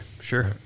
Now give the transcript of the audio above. Sure